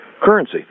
currency